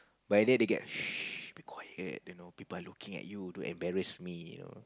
but then they get shh be quiet you know people are looking at you don't embarrass me you know